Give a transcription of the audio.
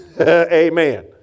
Amen